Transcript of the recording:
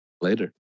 later